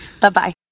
Bye-bye